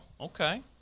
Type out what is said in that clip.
Okay